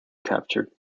captured